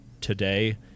today